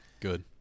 Good